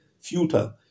futile